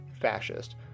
fascist